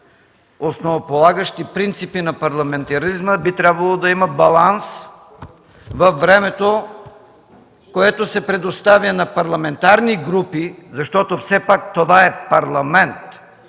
основополагащи принципи на парламентаризма, а би трябвало да има баланс във времето, което се предоставя на парламентарни групи, защото все пак това е парламент,